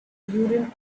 urim